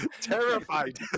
terrified